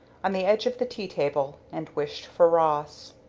on the edge of the tea table, and wished for ross.